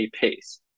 pace